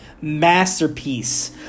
masterpiece